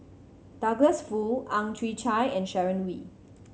Douglas Foo Ang Chwee Chai and Sharon Wee